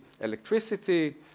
electricity